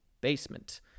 basement